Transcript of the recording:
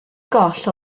goll